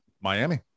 Miami